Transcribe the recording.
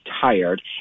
tired